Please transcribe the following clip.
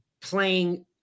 playing